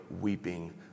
weeping